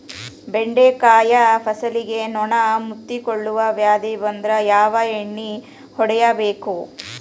ಬೆಂಡೆಕಾಯ ಫಸಲಿಗೆ ನೊಣ ಮುತ್ತಿಕೊಳ್ಳುವ ವ್ಯಾಧಿ ಬಂದ್ರ ಯಾವ ಎಣ್ಣಿ ಹೊಡಿಯಬೇಕು?